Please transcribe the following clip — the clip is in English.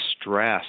stress